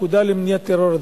הפקודה למניעת טרור.